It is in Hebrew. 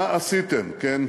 מה עשיתם, כן?